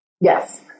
Yes